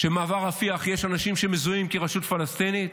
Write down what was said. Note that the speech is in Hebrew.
שבמעבר רפיח יש אנשים שמזוהים כרשות פלסטינית,